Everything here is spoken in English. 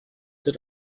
that